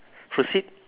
proceed